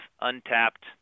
untapped